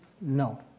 No